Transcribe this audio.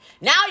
Now